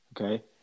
Okay